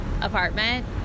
apartment